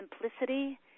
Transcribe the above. simplicity